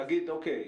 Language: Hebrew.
להגיד אוקיי,